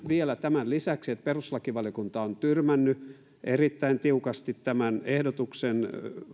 vielä tämän lisäksi että perustuslakivaliokunta on tyrmännyt erittäin tiukasti tämän ehdotuksen